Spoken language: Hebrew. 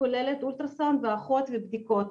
כוללת אולטרסאונד ואחות לבדיקות,